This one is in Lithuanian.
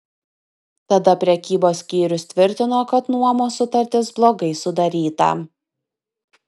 tada prekybos skyrius tvirtino kad nuomos sutartis blogai sudaryta